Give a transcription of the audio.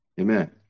Amen